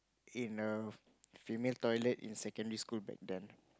in a female toilet in secondary school back then